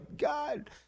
God